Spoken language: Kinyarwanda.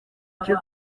icyo